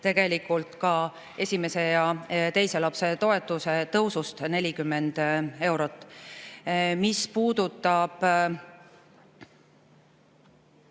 tegelikult ka esimese ja teise lapse toetuse tõusust 40 eurot. Mis puudutab